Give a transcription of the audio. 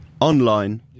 online